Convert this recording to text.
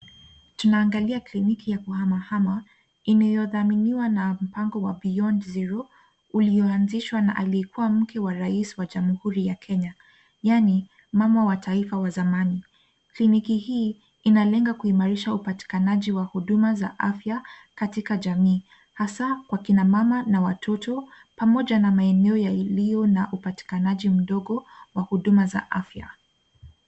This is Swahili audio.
Tunaangalia kliniki ya kuhama hama inayodhaminiwa na mpango wa Beyond Zero ulioanzishwa na aliyekuwa mke wa rais wa jamhuri ya Kenya yaani, mama wa taifa wa zamani. Kliniki hii inalenga kuimarisha upatikanaji wa huduma za afya katika jamii hasa kwa kina mama na watoto pamoja na maeneo yaliyo na upatikanaji mdogo wa huduma za afya.